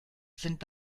sind